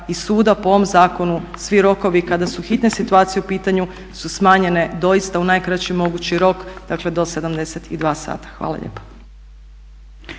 i suda. Po ovom zakonu svi rokovi kada su hitne situacije u pitanju su smanjenje doista u najkraći mogući rok do 72 sata. Hvala lijepa.